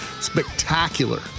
spectacular